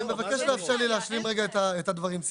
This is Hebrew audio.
אני מבקש לאפשר לי להשלים את הדברים.